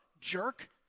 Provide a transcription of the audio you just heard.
jerk